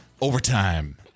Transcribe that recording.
Overtime